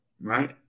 right